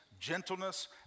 Gentleness